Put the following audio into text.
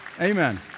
Amen